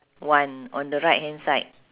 one on the right hand side